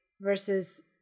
versus